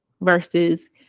versus